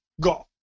go